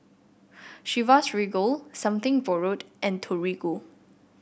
Chivas Regal Something Borrowed and Torigo